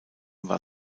war